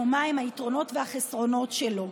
או מהם היתרונות והחסרונות שלו.